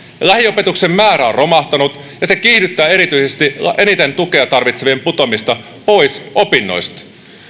lähiopetuksen määrä on romahtanut ja se kiihdyttää erityisesti eniten tukea tarvitsevien putoamista pois opinnoista